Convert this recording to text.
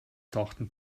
tauchten